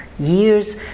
years